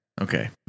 Okay